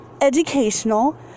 educational